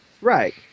right